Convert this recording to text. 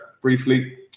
briefly